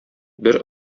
бер